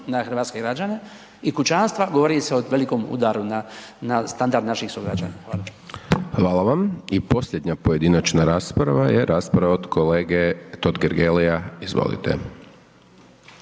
na hrvatske građane i kućanstva, govori se o velikom udaru na standard naših sugrađana. Hvala. **Hajdaš Dončić, Siniša (SDP)** Hvala vam. I posljednja pojedinačna rasprava je rasprava od kolege Totgergelija, izvolite.